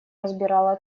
разбирала